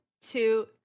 two